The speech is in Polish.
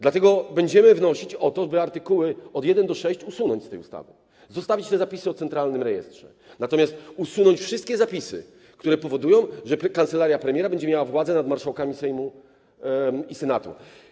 Dlatego będziemy wnosić o to, aby art. 1–6 usunąć z tej ustawy; aby zostawić te zapisy o centralnym rejestrze, natomiast usunąć wszystkie zapisy, które powodują, że kancelaria premiera będzie miała władzę nad marszałkami Sejmu i Senatu.